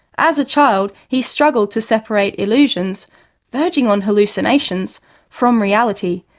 as a child he struggled to separate illusions verging on hallucinations from reality.